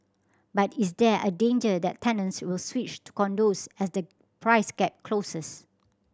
but is there a danger that tenants will switch to condos as the price gap closes